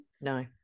No